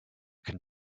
can